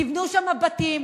תבנו שם בתים,